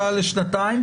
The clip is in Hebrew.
לשנתיים,